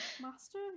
Master